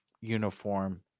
uniform